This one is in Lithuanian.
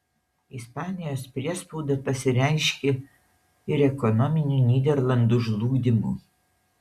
ispanijos priespauda pasireiškė ir ekonominiu nyderlandų žlugdymu